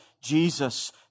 Jesus